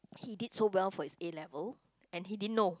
he did so well for his A-level and he didn't know